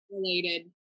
related